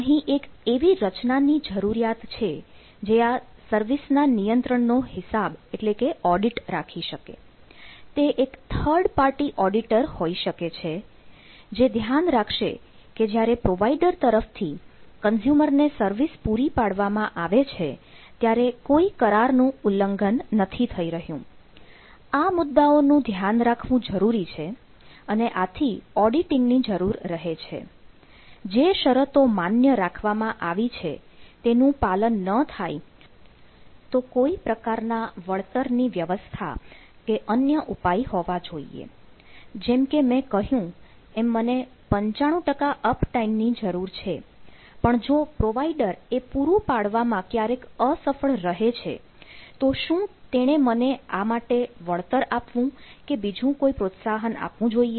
અહીં એક એવી રચનાની જરૂરિયાત છે જે આ સર્વિસિઝના નિયંત્રણનો હિસાબ કે ઓડિટ ની જરૂર છે પણ જો પ્રોવાઇડર એ પૂરું પાડવામાં ક્યારેક અસફળ રહે છે તો શું તેણે મને આ માટે વળતર આપવું કે બીજું કોઈ પ્રોત્સાહન આપવું જોઈએ